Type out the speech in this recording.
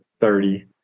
thirty